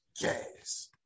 gas